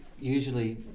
usually